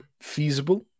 feasible